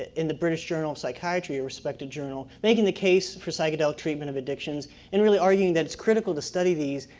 in the british journal of psychiatry, respected journal. making the case for psychedelic treatment of addictions and really arguing that it's critical to study these.